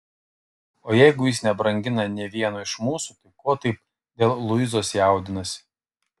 o jeigu jis nebrangina nė vieno iš mūsų tai ko taip dėl luizos jaudinasi